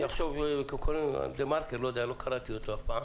נניח דה-מרקר, לא יודע, לא קראתי אותו אף פעם